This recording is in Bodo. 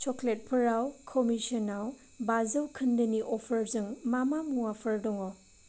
सक्लेतफोराव कमिशनाव बाजौ खोन्दोनि अफारजों मा मा मुवाफोर दङ